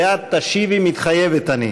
ואת תשיבי: מתחייבת אני.